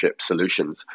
solutions